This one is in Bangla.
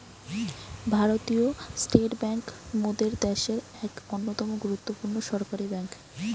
ভারতীয় স্টেট বেঙ্ক মোদের দ্যাশের এক অন্যতম গুরুত্বপূর্ণ সরকারি বেঙ্ক